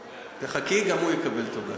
חכי, גם הוא יקבל תודה.